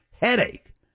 headache